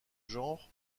genre